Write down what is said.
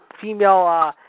female